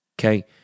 Okay